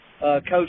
Coach